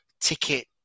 ticket